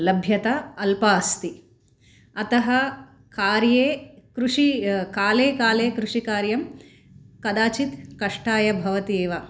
लभ्यता अल्पा अस्ति अतः कार्ये कृषि काले काले कृषिकार्यं कदाचित् कष्टाय भवति एव